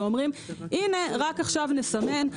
ואומרים: הינה רק עכשיו נסמן,